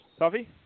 Tuffy